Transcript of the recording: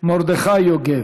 מרדכי יוגב.